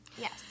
Yes